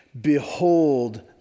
Behold